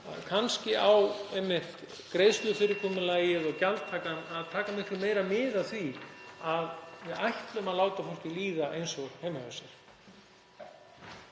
hringir.) einmitt greiðslufyrirkomulagið og gjaldtakan að taka miklu meira mið af því að við ætlum að láta fólki líða eins og heima hjá sér.